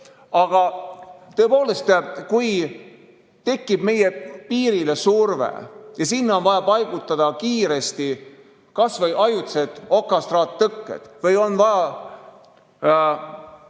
Aga tõepoolest, kui tekib meie piirile surve ja sinna on vaja paigutada kiiresti kas või ajutiselt okastraattõke või suruda